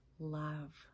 love